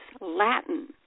Latin